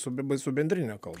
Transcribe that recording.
su be be su bendrine kalba